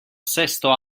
sesto